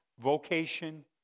vocation